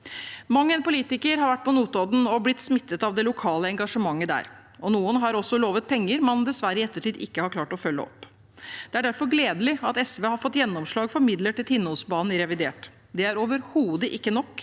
Mang en politiker har vært på Notodden og blitt smittet av det lokale engasjementet der, og noen har også lovet penger man dessverre i ettertid ikke har klart å følge opp. Det er derfor gledelig at SV har fått gjennomslag for midler til Tinnosbanen i revidert. Det er overhodet ikke nok,